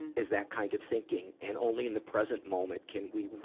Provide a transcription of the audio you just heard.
and is that kind of thinking, and only in the present moment can we,